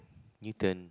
eaten